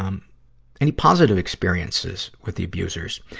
um any positive experiences with the abusers?